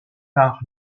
par